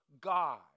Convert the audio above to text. God